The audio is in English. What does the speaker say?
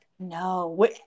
No